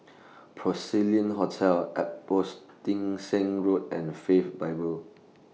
Porcelain Hotel Road and Faith Bible